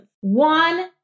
One